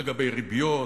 לגבי ריביות,